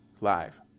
Live